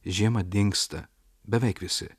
žiemą dingsta beveik visi